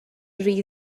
rhy